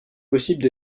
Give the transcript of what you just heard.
possible